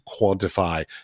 quantify